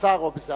בשר או בזה,